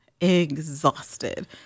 exhausted